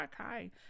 okay